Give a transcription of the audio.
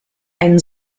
einen